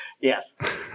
Yes